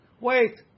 wait